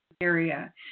Area